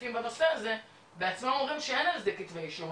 שמתעסקים בנושא הזה בעצמם אומרים שאין על זה כתבי אישום,